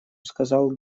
сказал